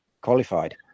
qualified